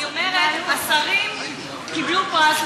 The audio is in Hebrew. אני אומרת שהשרים קיבלו פרס,